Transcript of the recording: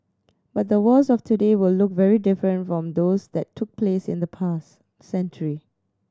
but the wars of today will look very different from those that took place in the past century